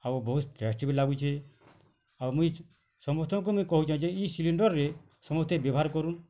ଆଉ ବହୁତ ଟେଷ୍ଟି ବି ଲାଗୁଛି ଆଉ ମୁଇଁ ସମସ୍ତଙ୍କୁ ଆଉ କହୁଛେ ଯେ ଏ ସିଲିଣ୍ଡରରେ ସମସ୍ତେ ବ୍ୟବହାର କରୁ